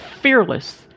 fearless